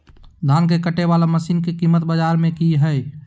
धान के कटे बाला मसीन के कीमत बाजार में की हाय?